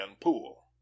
pool